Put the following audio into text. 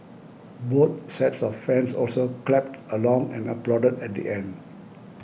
both sets of fans also clapped along and applauded at the end